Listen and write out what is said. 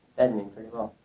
fed me pretty well.